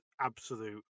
Absolute